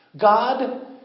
God